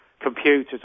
computers